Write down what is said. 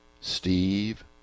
Steve